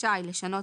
רשאי לשנות,